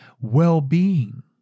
well-being